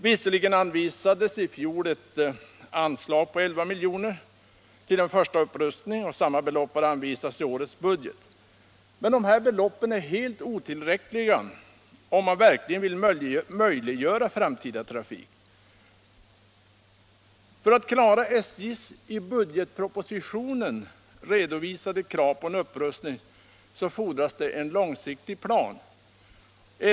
Visserligen anvisades i fjol ett anslag på 11 milj.kr. till en första upprustning, och lika stort belopp har anvisats i årets budget. Men dessa belopp är helt otillräckliga om man verkligen vill möjliggöra framtida trafik. För att klara SJ:s i budgetpropositionen redovisade krav på en upprustning fordras en långsiktig plan.